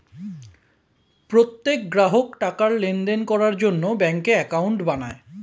প্রত্যেক গ্রাহক টাকার লেনদেন করার জন্য ব্যাঙ্কে অ্যাকাউন্ট বানায়